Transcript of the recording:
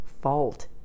fault